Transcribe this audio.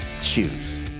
Choose